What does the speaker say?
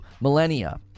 millennia